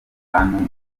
tanu